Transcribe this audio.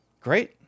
great